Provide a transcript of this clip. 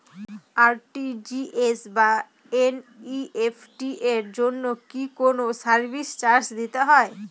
RTGS বা NEFT এর জন্য কি কোনো সার্ভিস চার্জ দিতে হয়?